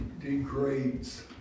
degrades